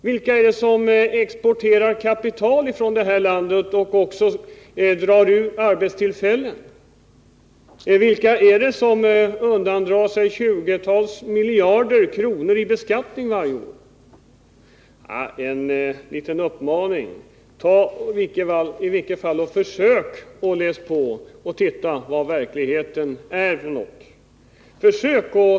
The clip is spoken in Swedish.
Vilka är det som exporterar kapital ifrån det här landet och som också drar ut arbetstillfällen ur det? Vilka är det som drar sig undan 20-tals miljarder kronor i beskattning varje år? Jag skulle vilja ge Stig Josefson en liten uppmaning att i varje fall försöka sätta sig in i vad verkligheten är för något.